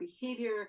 behavior